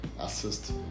assist